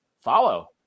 follow